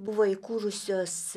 buvo įkūrusios